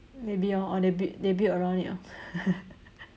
maybe orh or they build they build around it lor